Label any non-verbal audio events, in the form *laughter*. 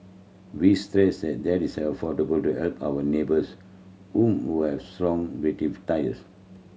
we stress and that is an effort to *unintelligible* help our neighbours whom we have strong *unintelligible* tires